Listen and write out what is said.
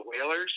whalers